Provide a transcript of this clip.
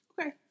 okay